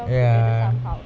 ya